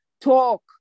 talk